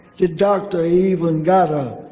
the doctor even got a